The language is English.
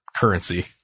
currency